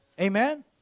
Amen